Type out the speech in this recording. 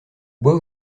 bois